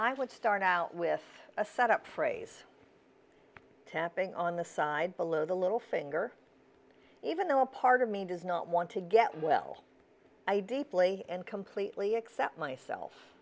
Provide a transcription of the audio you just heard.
i would start out with a set up phrase tapping on the side below the little finger even though a part of me does not want to get well i deeply and completely accept myself